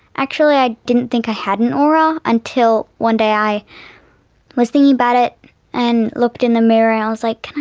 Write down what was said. actually i didn't think i had an aura until one day i was thinking about it and looked in the mirror and um was like,